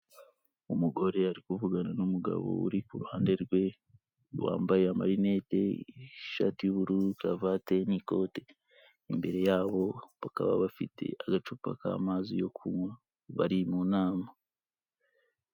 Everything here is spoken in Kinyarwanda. Umugore ari kuvugana n'umugabo uri ku ruhande rwe, wambaye amarinete, ishati y'ubururu, kavate, n'ikote. Imbere yabo bakaba bafite agacupa k'amazi yo kunywa, bari mu nama.